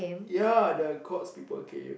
ya the Courts people came